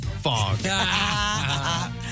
Fog